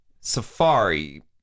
Safari